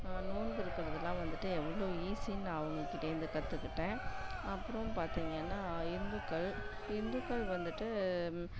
நோன்பு இருக்கிறதெல்லாம் வந்துவிட்டு எவ்வளோ ஈஸின்னு நான் அவங்கக்கிட்டேந்து கற்றுக்கிட்டேன் அப்புறம் பார்த்தீங்கன்னா இந்துக்கள் இந்துக்கள் வந்துவிட்டு